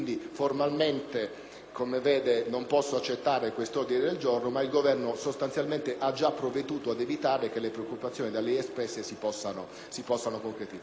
come vede, non posso accettare questo ordine del giorno, ma il Governo ha già sostanzialmente provveduto ad evitare che le preoccupazioni da lei espresse si possano concretizzare.